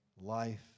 life